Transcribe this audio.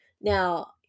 Now